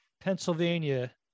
Pennsylvania